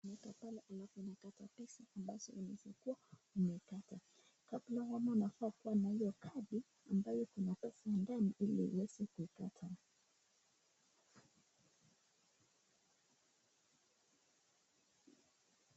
Nika pale ambapo unakata pesa ambazo zimekuwa umekata. Kabla hujaenda unafaa kuwa na hiyo kadi ambayo kuna pesa ndani ili uweze kuikata.